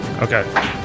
Okay